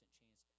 chance